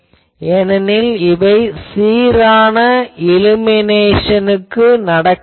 ஏனெனில் இவை சீரான இலுமினேஷனுக்கு நடக்கின்றன